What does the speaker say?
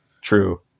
True